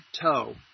Toe